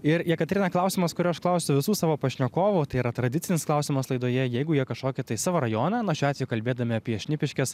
ir jekaterina klausimas kurio aš klausiu visų savo pašnekovų tai yra tradicinis klausimas laidoje jeigu jie kažkokį tai savo rajoną na šiuo atveju kalbėdami apie šnipiškes